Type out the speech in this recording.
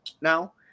now